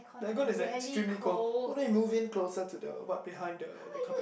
the aircon is extremely cold why don't you move in closer to the one behind the the cupboard